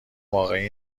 واقعی